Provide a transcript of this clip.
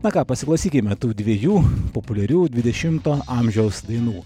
na ką pasiklausykime tų dviejų populiarių dvidešimto amžiaus dainų